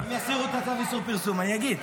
אם יסירו את צו איסור הפרסום, אני אגיד.